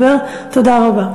רבה.